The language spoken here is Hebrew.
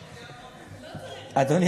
תודה רבה,